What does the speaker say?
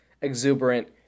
exuberant